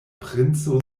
princo